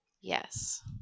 Yes